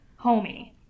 Homie